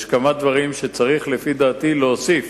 שיש כמה דברים שצריך לפי דעתי להוסיף